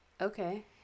Okay